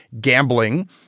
gambling